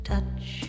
Touch